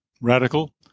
radical